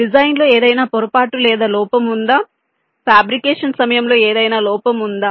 డిజైన్లో ఏదైనా పొరపాటు లేదా లోపం ఉందా ఫ్యాబ్రికేషన్ సమయంలో ఏదైనా లోపం ఉందా